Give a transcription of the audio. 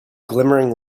glimmering